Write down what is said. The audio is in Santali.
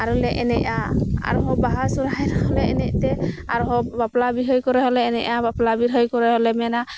ᱟᱨᱚ ᱞᱮ ᱮᱱᱮᱡ ᱟ ᱟᱨ ᱦᱚᱸ ᱵᱟᱦᱟ ᱥᱚᱨᱦᱟᱭ ᱨᱮᱦᱚᱸ ᱞᱮ ᱮᱱᱮᱡ ᱛᱮ ᱟᱨ ᱦᱚᱸ ᱵᱟᱯᱞᱟ ᱵᱤᱦᱟᱹ ᱠᱚᱨᱮ ᱦᱚᱸᱞᱮ ᱮᱱᱮᱡ ᱟ ᱵᱟᱯᱞᱟ ᱵᱤᱦᱟᱹ ᱠᱚᱨᱮ ᱦᱚᱸᱞᱮ ᱢᱮᱱᱟ